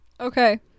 Okay